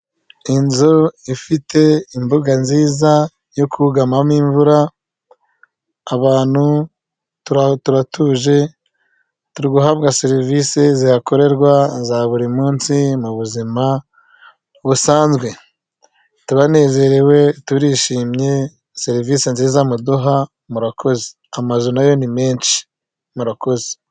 Inzu ifite imbuga nziza yo kugamamo imvura abantu turaho turatuje turi guhabwa serivisi zihakorerwa za buri munsi mu buzima busanzwe turanezerewe, turishimye serivisi nziza muduha murakoze ,amazu nayo ni menshi murakozen.